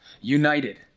united